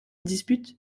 dispute